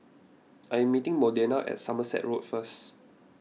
I am meeting Modena at Somerset Road first